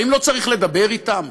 האם לא צריך לדבר אתם?